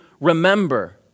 remember